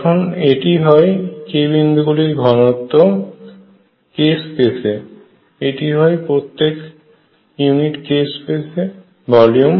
এখন এটি হয় k বিন্দুগুলির ঘনত্ব k স্পেসে এটি হয় প্রত্যেক ইউনিট k স্পেস ভলিউম